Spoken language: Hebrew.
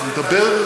אני מדבר,